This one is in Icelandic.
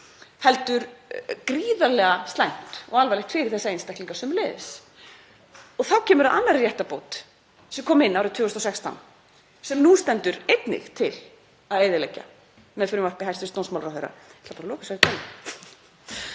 heldur gríðarlega slæmt og alvarlegt fyrir þessa einstaklinga sömuleiðis. Þá kemur að annarri réttarbót sem kom inn árið 2016 sem nú stendur einnig til að eyðileggja með frumvarpi hæstv. dómsmálaráðherra.